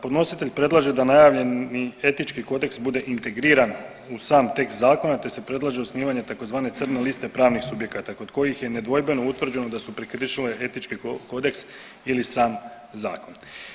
Podnositelj predlaže da najavljeni etički kodeks bude integriran u sam tekst zakona te se predlaže osnivanje tzv. crne liste pravnih subjekata kod kojih je nedvojbeno utvrđeno da su prekršile etički kodeks ili sam zakon.